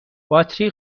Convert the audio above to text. باتری